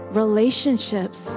relationships